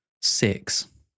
six